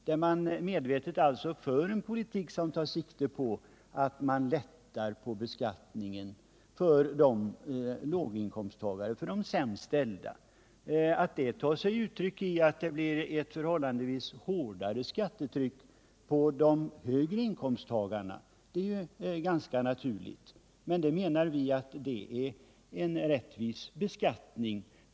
Man kan alltså medvetet föra en politik som tar sikte på att lätta på beskattningen för de sämst ställda. Att detta tar sig uttryck i ett förhållandevis hårdare skattetryck på de högre inkomsttagarna är ganska naturligt. Det menar vi är en rättvis beskattning.